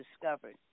discovered